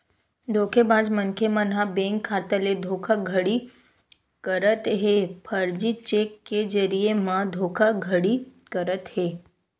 धोखेबाज मनखे मन ह बेंक खाता ले धोखाघड़ी करत हे, फरजी चेक के जरिए म धोखाघड़ी करत हे